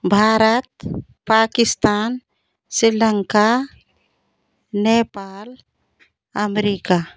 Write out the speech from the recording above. Bharat Pakistan Sri Lanka Nepal America